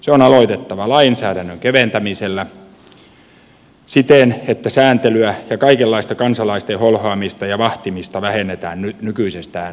se on aloitettava lainsäädännön keventämisellä siten että sääntelyä ja kaikenlaista kansalaisten holhoamista ja vahtimista vähennetään nykyisestään reippaasti